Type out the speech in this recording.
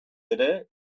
ere